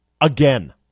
again